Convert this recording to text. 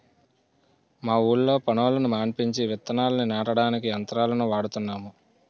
మా ఊళ్ళో పనోళ్ళని మానిపించి విత్తనాల్ని నాటడానికి యంత్రాలను వాడుతున్నాము